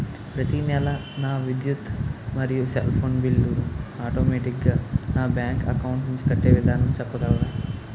ప్రతి నెల నా విద్యుత్ మరియు సెల్ ఫోన్ బిల్లు ను ఆటోమేటిక్ గా నా బ్యాంక్ అకౌంట్ నుంచి కట్టే విధానం చెప్పగలరా?